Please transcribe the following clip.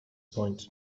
point